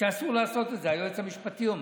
דיור